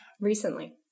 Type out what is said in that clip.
Recently